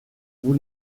vous